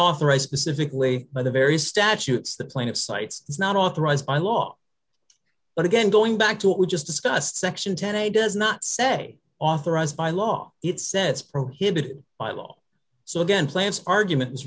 authorize specifically by the very statutes the plaintiff cites is not authorized by law but again going back to what we just discussed section ten a does not say authorized by law it sets prohibited by law so again plants argument